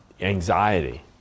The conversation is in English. Anxiety